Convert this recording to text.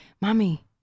Mommy